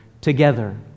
together